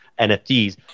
NFTs